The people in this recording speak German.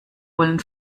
wollen